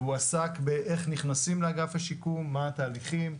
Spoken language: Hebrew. והוא עסק באיך נכנסים לאגף השיקום, מה התהליכים,